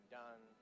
done